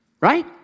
right